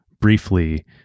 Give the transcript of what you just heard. briefly